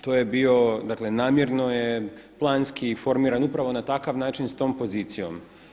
To je bio, dakle namjerno je planski formiran upravo na takav način s tom pozicijom.